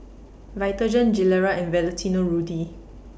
Vitagen Gilera and Valentino Rudy